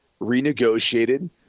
renegotiated